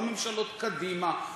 לא ממשלות קדימה.